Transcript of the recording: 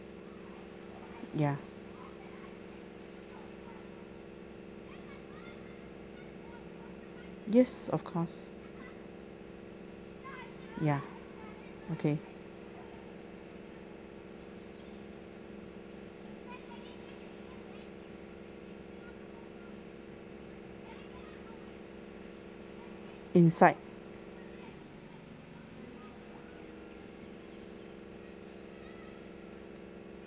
ya yes of course ya okay inside